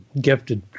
gifted